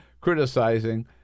criticizing